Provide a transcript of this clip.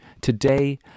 Today